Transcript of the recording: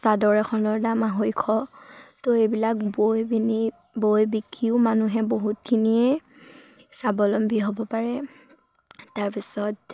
চাদৰ এখনৰ নাম আঢ়ৈশ ত' এইবিলাক বৈ পিনি বৈ বিকিও মানুহে বহুতখিনিয়ে স্বাৱলম্বী হ'ব পাৰে তাৰপিছত